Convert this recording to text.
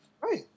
right